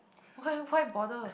why why bother